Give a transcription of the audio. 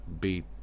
beat